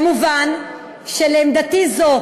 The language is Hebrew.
כמובן, עמדתי זו